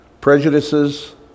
prejudices